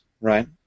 right